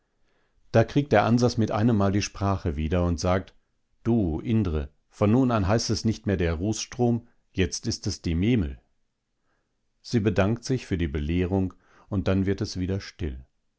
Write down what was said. da kriegt der ansas mit einemmal die sprache wieder und sagt du indre von nun an heißt es nicht mehr der rußstrom jetzt ist es die memel sie bedankt sich für die belehrung und dann wird es wieder still